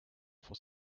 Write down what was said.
for